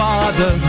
Father